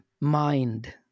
mind